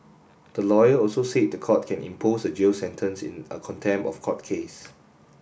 the lawyer also said the court can impose a jail sentence in a contempt of court case